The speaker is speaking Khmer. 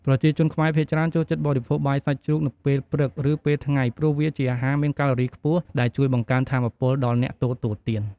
ប្រជាជនខ្មែរភាគច្រើនចូលចិត្តបរិភោគបាយសាច់ជ្រូកនៅពេលព្រឹក ឬពេលថ្ងៃ ព្រោះវាជាអាហារមានកាឡូរីខ្ពស់ ដែលជួយបង្កើនថាមពលដល់អ្នកទទួលទាន។